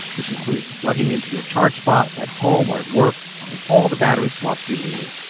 which included plugging into your charge spot at home or at work and all the battery swaps you needed,